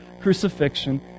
crucifixion